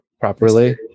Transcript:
properly